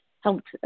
helped